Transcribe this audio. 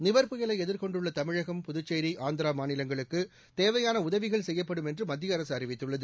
நிவர் புயலை எதிர்கொண்டுள்ள தமிழகம் புதுச்சேரி ஆந்திரா மாநிலங்களுக்கு தேவையான உதவிகள் செய்யப்படும் என்று மத்திய அரசு அறிவித்துள்ளது